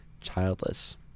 childless